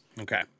Okay